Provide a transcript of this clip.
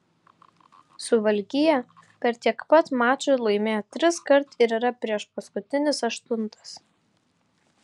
suvalkija per tiek pat mačų laimėjo triskart ir yra priešpaskutinis aštuntas